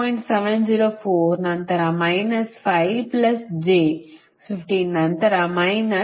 704 ನಂತರ minus 5 plus j 15 ನಂತರ minus 1